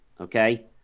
okay